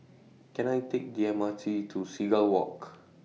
Can I Take The M R T to Seagull Walk